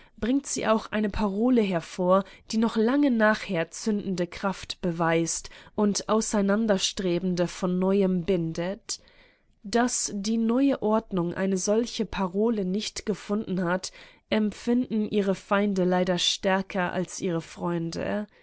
bringt sie auch eine parole hervor die noch lange nachher zündende kraft beweist und auseinanderstrebende von neuem bindet daß die neue ordnung eine solche parole nicht gefunden hat empfinden ihre feinde leider stärker als ihre freunde